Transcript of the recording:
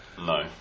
No